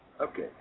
Okay